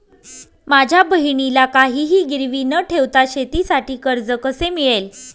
माझ्या बहिणीला काहिही गिरवी न ठेवता शेतीसाठी कर्ज कसे मिळेल?